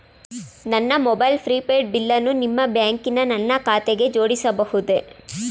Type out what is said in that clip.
ನನ್ನ mobile prepaid ಬಿಲ್ಲನ್ನು ನಿಮ್ಮ ಬ್ಯಾಂಕಿನ ನನ್ನ ಖಾತೆಗೆ ಜೋಡಿಸಬಹುದೇ?